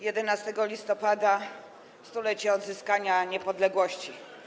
11 listopada, stulecie odzyskania niepodległości.